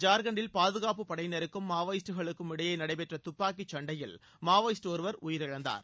ஜார்கண்ட் டில் பாதுகாப்புப் படையினருக்கும் மாவோயிஸ்டுகளுக்கும் இடையே நடைபெற்ற துப்பாக்கிச் சிண்டையில் மாவோயிஸ்டு ஒருவர் உயிரிழந்தார்